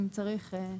אם צריך,